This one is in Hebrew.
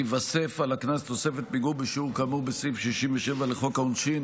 תיווסף על הקנס תוספת פיגור בשיעור כאמור בסעיף 67 לחוק העונשין,